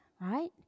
right